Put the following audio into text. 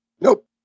Nope